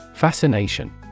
Fascination